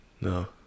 no